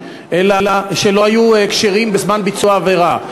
שלא היו כשירים בזמן ביצוע העבירה,